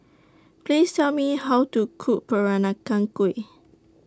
Please Tell Me How to Cook Peranakan Kueh